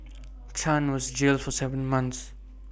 chan was jailed for Seven months